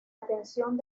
atención